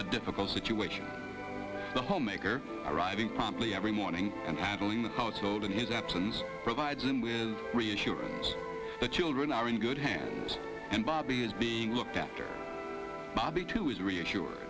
a difficult situation the homemaker arriving promptly every morning and tattling the household in his absence provides him with reassure the children are in good hands and bobby is being looked after bobby too is reassur